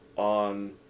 On